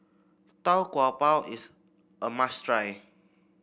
Tau Kwa Pau is a must try